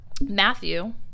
Matthew